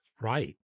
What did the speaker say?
Right